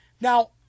Now